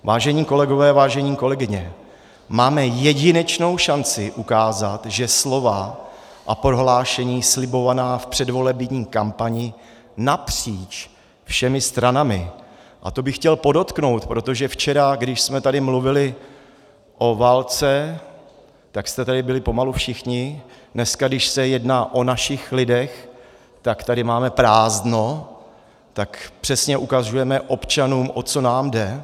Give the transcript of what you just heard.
Vážení kolegové, vážené kolegyně, máme jedinečnou šanci ukázat, že slova a prohlášení slibovaná v předvolební kampani napříč všemi stranami a to bych chtěl podotknout, protože včera, když jsme tady mluvili o válce, tak jste tady byli pomalu všichni, dneska, když se jedná o našich lidech, tak tady máme prázdno, tak přesně ukazujeme občanům, o co nám jde.